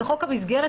בחוק המסגרת,